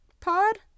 pod